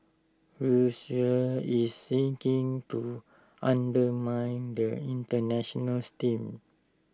Russia is seeking to undermine the International steam